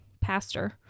pastor